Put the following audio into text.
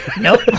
Nope